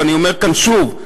אני אומר כאן שוב,